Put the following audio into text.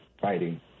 fighting